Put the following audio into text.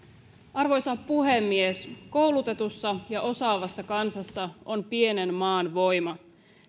arvoisa puhemies koulutetussa ja osaavassa kansassa on pienen maan voima